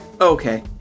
Okay